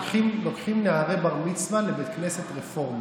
לוקחים נערי בר-מצווה לבית כנסת רפורמי.